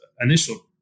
initial